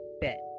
bet